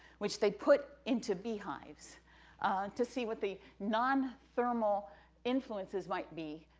which they put into bee hives to see what the non-thermal influences might be,